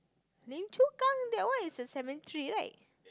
Lim-Chu-Kang that one is a cemetery right